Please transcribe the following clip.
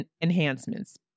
enhancements